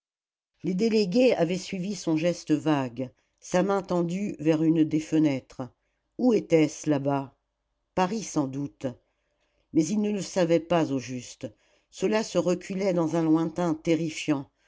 les délégués avaient suivi son geste vague sa main tendue vers une des fenêtres où était-ce là-bas paris sans doute mais ils ne le savaient pas au juste cela se reculait dans un lointain terrifiant